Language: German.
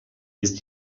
ist